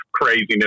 craziness